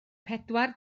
pedwar